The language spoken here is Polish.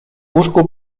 łóżku